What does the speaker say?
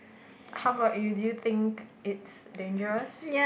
how about you do you think it's dangerous